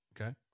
Okay